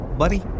buddy